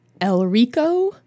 Elrico